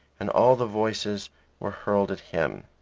and all the voices were hurled at him.